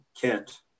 Kent